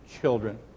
children